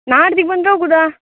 ನಾಡಿದ್ದಿಗ್ ಬಂದು ಹೋಗುದ